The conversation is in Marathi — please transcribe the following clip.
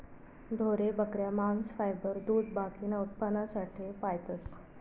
ढोरे, बकऱ्या, मांस, फायबर, दूध बाकीना उत्पन्नासाठे पायतस